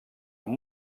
amb